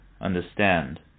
understand